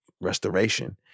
restoration